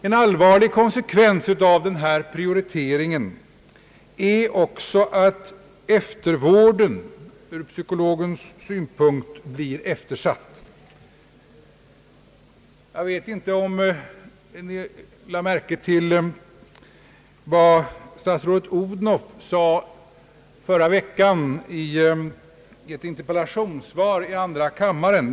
En allvarlig konsekvens av denna prioritering är också att eftervården ur psykologens synpunkt blir eftersatt. Jag vet inte om ni lade märke till vad statsrådet Odhnoff sade förra veckan i ett interpellationssvar i andra kammaren.